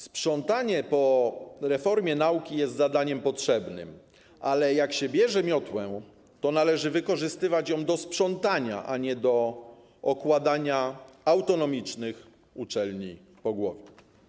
Sprzątanie po reformie nauki jest zadaniem potrzebnym, ale jak się bierze miotłę, to należy wykorzystywać ją do sprzątania, a nie do okładania autonomicznych uczelni po głowie.